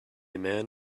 man